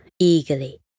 eagerly